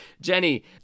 Jenny